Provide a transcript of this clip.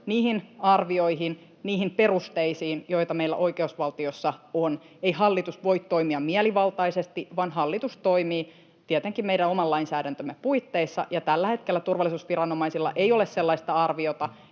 niihin arvioihin, niihin perusteisiin, joita meillä oikeusvaltiossa on. Ei hallitus voi toimia mielivaltaisesti, vaan hallitus toimii tietenkin meidän oman lainsäädäntömme puitteissa, ja tällä hetkellä turvallisuusviranomaisilla ei ole sellaista arviota,